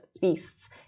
feasts